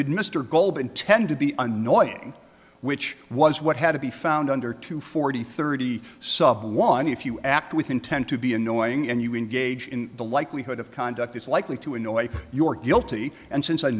did mr goldman tend to be annoying which was what had to be found under two forty thirty sub one if you act with intent to be annoying and you engage in the likelihood of conduct it's likely to annoy your guilty and since